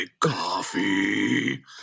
coffee